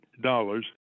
dollars